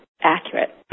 accurate